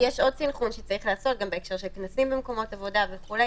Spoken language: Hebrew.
יש עוד סנכרון שצריך לעשות גם בהקשר של כנסים במקומות עבודה וכו'.